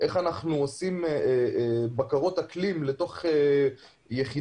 איך אנחנו עושים בקרות אקלים לתוך יחידות